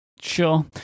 sure